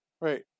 Right